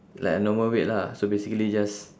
like a normal weight lah so basically just